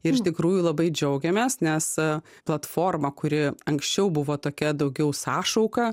ir iš tikrųjų labai džiaugiamės nes a platforma kuri anksčiau buvo tokia daugiau sąšauka